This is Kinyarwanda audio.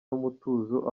n’umutuzo